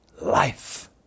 Life